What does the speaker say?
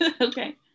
Okay